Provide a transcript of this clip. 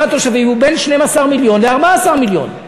התושבים הוא בין 12 מיליון ל-14 מיליון,